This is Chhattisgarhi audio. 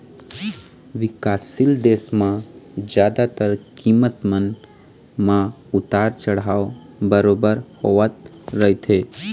बिकासशील देश म जादातर कीमत मन म उतार चढ़ाव बरोबर होवत रहिथे